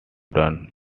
run